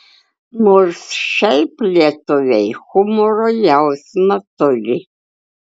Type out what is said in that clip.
nors šiaip lietuviai humoro jausmą turi